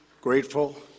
grateful